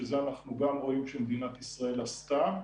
שאת זה אנחנו רואים שמדינת ישראל עשתה.